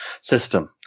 system